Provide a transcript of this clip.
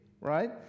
right